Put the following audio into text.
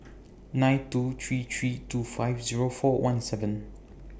nine two three three two five Zero four one seven